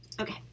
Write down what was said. Okay